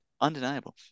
undeniable